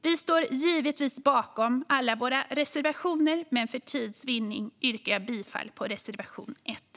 Vi står givetvis bakom alla våra reservationer, men för tids vinnande yrkar jag bifall endast till reservation 1.